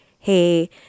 Hey